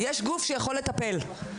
יש גוף שיכול לטפל.